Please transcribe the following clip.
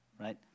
right